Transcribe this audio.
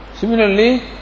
Similarly